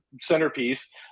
centerpiece